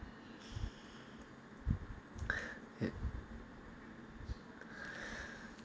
it